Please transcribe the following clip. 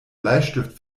bleistift